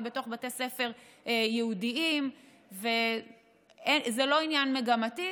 בתוך בתי ספר יהודיים וזה לא עניין מגמתי,